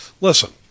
Listen